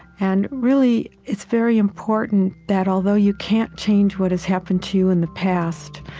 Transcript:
and really, it's very important that although you can't change what has happened to you in the past,